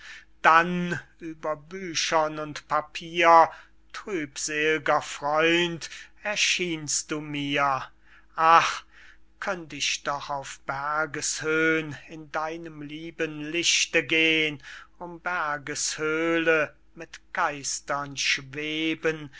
dann über büchern und papier trübsel'ger freund erschienst du mir ach könnt ich doch auf berges höhn in deinem lieben lichte gehn um bergeshöle mit geistern schweben